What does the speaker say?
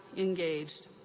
engaged.